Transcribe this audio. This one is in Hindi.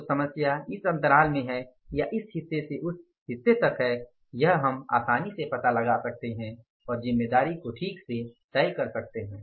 तो समस्या इस अंतराल में है यह इस हिस्से से उस हिस्से तक है यह हम आसानी से पता लगा सकते हैं और जिम्मेदारी को ठीक से तय कर सकते हैं